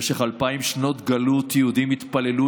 במשך אלפיים שנות גלות יהודים התפללו